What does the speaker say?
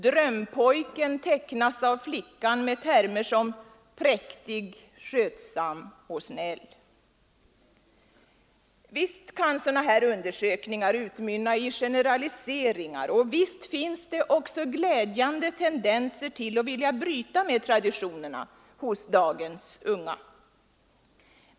Drömpojken tecknas av flickorna med termer som präktig, skötsam och snäll. Visst kan sådana här undersökningar utmynna i generaliseringar, och visst finns det hos de unga också glädjande tendenser till att vilja bryta de traditionerna.